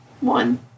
One